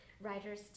writers